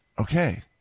Okay